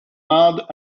mud